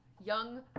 Young